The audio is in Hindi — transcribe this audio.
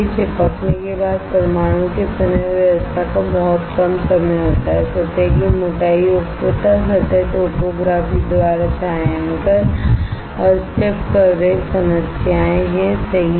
चिपकने के बाद परमाणुओं के पुनर्व्यवस्था का बहुत कम समय होता है सतह की मोटाई एकरूपता सतह टोपोग्राफी द्वारा छायांकन और स्टेप कवरेज समस्याएं हैंसही है